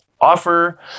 offer